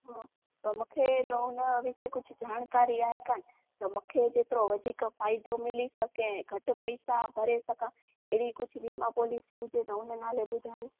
हा त मूंखे हीउ चवणो आहे मूंखे कुझु जानकारी आहे कान त मूंखे जेतिरो वधीक फ़ाइदो मिले त की घटि पैसा भरे सघां अहिड़ी कुझु वीमा पॉलीसी हुजे त उन नाले ॿुधायो